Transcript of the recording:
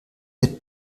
wird